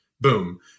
boom